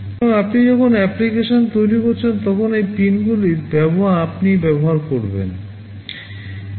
সুতরাং আপনি যখন অ্যাপ্লিকেশন তৈরি করছেন তখন এই পিনগুলি আপনি ব্যবহার করবেন